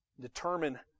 Determine